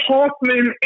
Hoffman